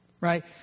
right